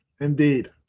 Indeed